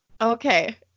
Okay